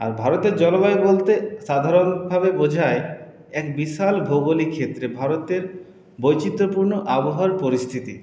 আর ভারতের জলবায়ু বলতে সাধারণভাবে বোঝায় এক বিশাল ভৌগোলিক ক্ষেত্রে ভারতের বৈচিত্রপূর্ণ আবহাওয়ার পরিস্থিতি